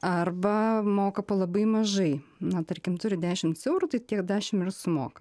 arba moka po labai mažai na tarkim turi dešimts eurų tai tie dešim ir sumoka